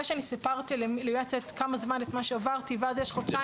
שאני סיפרתי ליועצת את מה שעברתי ועד יש חודשיים